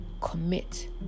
commit